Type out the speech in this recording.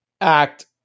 act